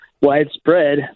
Widespread